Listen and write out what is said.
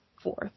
Fourth